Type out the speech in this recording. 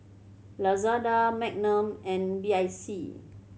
Lazada Magnum and B I C